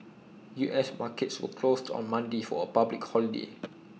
U S markets were closed on Monday for A public holiday